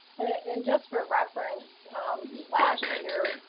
and just for reference last year,